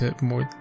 more